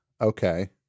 Okay